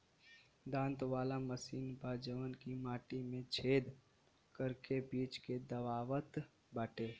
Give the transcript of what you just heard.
दांत वाला मशीन बा जवन की माटी में छेद करके बीज के दबावत बाटे